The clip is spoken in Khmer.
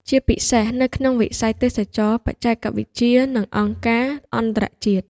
ជាពិសេសនៅក្នុងវិស័យទេសចរណ៍ បច្ចេកវិទ្យា និងអង្គការអន្តរជាតិ។